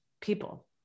people